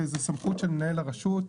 וזה סמכות של מנהל הרשות.